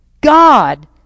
God